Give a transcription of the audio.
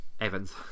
Evans